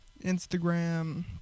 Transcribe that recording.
Instagram